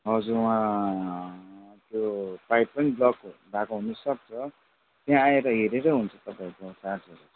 हजुर वा त्यो पाइप पनि ब्लकहरू भएको हुनुसक्छ त्यहाँ आएर हेरेरै हुन्छ तपाईँको चार्जहरू